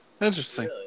Interesting